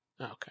Okay